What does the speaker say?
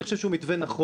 אני חושב שהוא מתווה נכון,